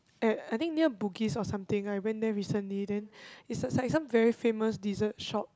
I I think near Bugis or something I went there recently then it's said said some very famous dessert shop